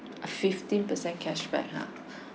a fifteen percent cash back ha